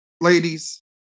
ladies